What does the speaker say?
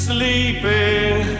Sleeping